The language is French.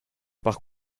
par